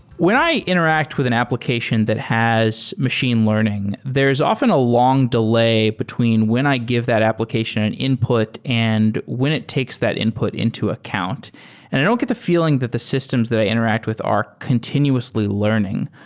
when i interact with an application that has machine learning, there's often a long delay between when i give that application and input and when it takes that input into account and i don't get the feeling that the systems that i interact with are continuously learning.